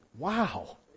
Wow